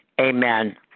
amen